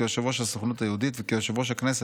כיושב-ראש הסוכנות היהודית וכיושב-ראש הכנסת.